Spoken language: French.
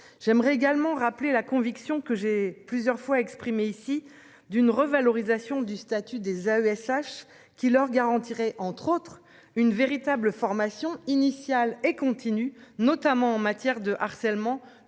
J'aimerais également rappelé la conviction que j'ai plusieurs fois exprimé ici d'une revalorisation du statut des AESH qui leur garantirait entre autres une véritable formation initiale et continue notamment en matière de harcèlement,